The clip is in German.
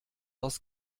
aus